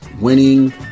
winning